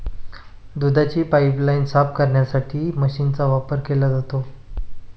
दुधाची पाइपलाइन साफ करण्यासाठीही मशीनचा वापर केला जातो